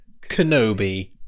kenobi